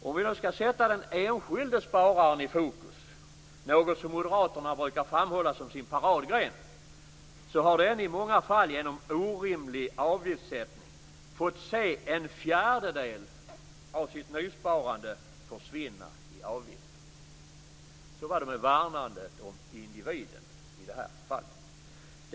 Om jag skall sätta den enskilde spararen i fokus - något som moderaterna brukar framhålla som sin paradgren - kan jag säga att denne i många fall genom orimlig avgiftssättning har fått se en fjärdedel av sitt nysparande försvinna i avgifter. Så var det med värnandet om individen i detta fall.